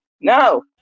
no